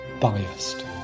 biased